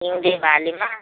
हिउँदे बालीमा